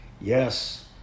Yes